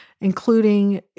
including